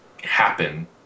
happen